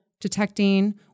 detecting